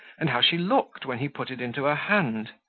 and how she looked, when he put it into her hand?